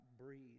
breathe